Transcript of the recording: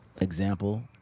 example